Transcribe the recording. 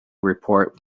report